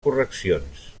correccions